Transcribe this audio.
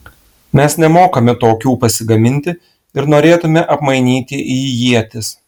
mes nemokame tokių pasigaminti ir norėtumėme apmainyti į ietis